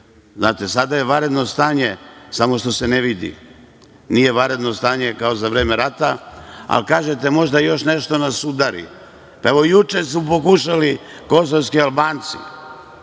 Srbija. Znate, sada je vanredno stanje, samo što se ne vidi. Nije vanredno kao za vreme rata, ali, kažete, možda još nešto nas udari. Pa, evo, juče su pokušali kosovski Albanci